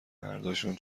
مرداشون